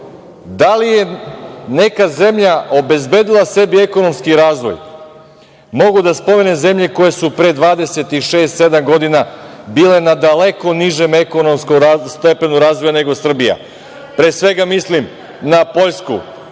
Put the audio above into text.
da li je neka zemlja obezbedila sebi ekonomski razvoj, mogu da spomenem zemlje koje su pre 26, 27 godina bile na daleko nižem stepenu ekonomskog razvoja, nego Srbija. Tu, pre svega, mislim na Poljsku,